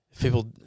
people